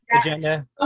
agenda